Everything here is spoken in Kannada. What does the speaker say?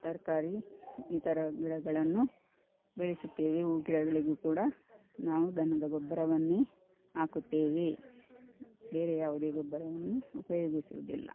ತರಕಾರಿ ಇತರ ಗಿಡಗಳನ್ನು ಬೆಳೆಸುತ್ತೇವೆ ಹೂವು ಗಿಡಗಳಿಗೂ ಕೂಡ ನಾವು ದನದ ಗೊಬ್ಬರವನ್ನೇ ಹಾಕುತ್ತೇವೆ ಬೇರೆ ಯಾವುದೇ ಗೊಬ್ಬರವನ್ನು ಉಪಯೋಗಿಸುವುದಿಲ್ಲ